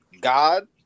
God